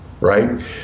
right